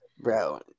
Bro